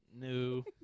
no